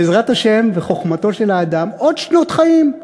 בעזרת השם וחוכמתו של האדם, עוד שנות חיים.